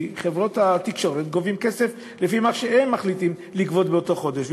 כי חברות התקשורת גובות כסף לפי מה שהן מחליטות לגבות באותו חודש.